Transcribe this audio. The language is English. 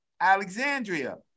Alexandria